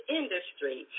industry